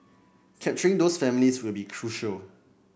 capturing those families will be crucial